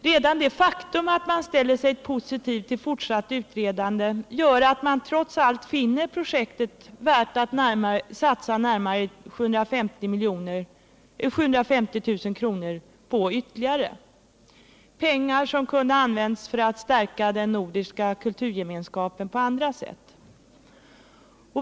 Redan det faktum att man ställer sig positiv till ett fortsatt utredande gör att man trots allt finner projektet värt att satsa närmare tre kvarts miljoner ytterligare på, pengar som kunde ha använts för att stärka den nordiska kulturgemenskapen på andra sätt.